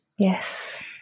Yes